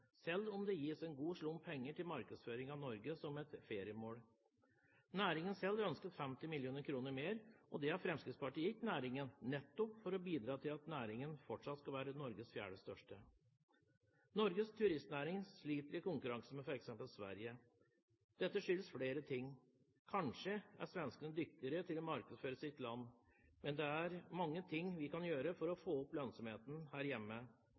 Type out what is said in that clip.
selv om det gis en god slump penger til markedsføring av Norge som feriemål. Næringen selv ønsker 50 mill. kr mer, og det har Fremskrittspartiet gitt næringen, nettopp for å bidra til at næringen fortsatt skal være Norges fjerde største. Norges turistnæring sliter i konkurranse med f.eks. Sverige. Dette skyldes flere ting. Kanskje er svenskene dyktigere til å markedsføre sitt land, men det er mange ting vi kan gjøre for å få opp lønnsomheten her hjemme.